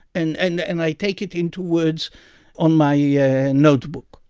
and and and i take it into words on my yeah and notebook.